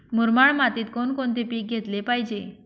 मुरमाड मातीत कोणकोणते पीक घेतले पाहिजे?